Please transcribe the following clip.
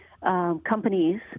companies